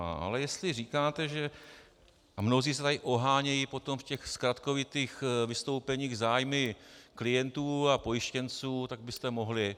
Ale jestli říkáte a mnozí se tady ohánějí potom v těch zkratkovitých vystoupeních zájmy klientů a pojištěnců, tak byste mohli...